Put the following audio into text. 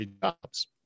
jobs